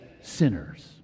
sinners